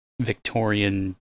Victorian